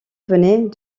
venait